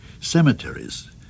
cemeteries